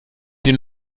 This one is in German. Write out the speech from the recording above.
den